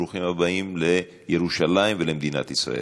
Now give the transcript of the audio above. ברוכים הבאים לירושלים ולמדינת ישראל.